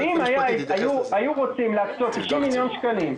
ואם היו רוצים להקצות 90 מיליון שקלים,